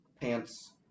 pants